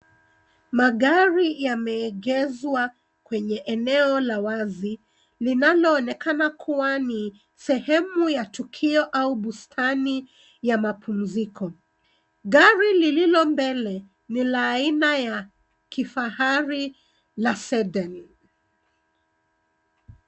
Magari yamegezwa kwenye eneo la wazi, linaloonekana kuwa ni sehemu ya tukio, au bustani ya mapumziko. Gari lililo mbele, ni la aina ya kifahari, na fedheni .